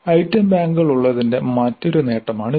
item ബാങ്കുകൾ ഉള്ളതിന്റെ മറ്റൊരു നേട്ടമാണിത്